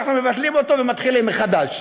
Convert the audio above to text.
אנחנו מבטלים אותו ומתחילים מחדש.